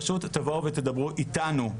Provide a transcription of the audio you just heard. פשוט בואו ותדברו איתנו.